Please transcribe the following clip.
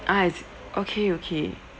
ah is okay okay